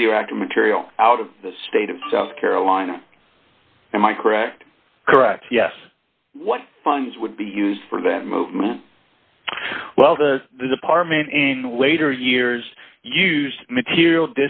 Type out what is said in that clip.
radioactive material out of the state of south carolina am i correct correct yes what funds would be used for that move well to the department in later years used material